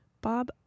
bob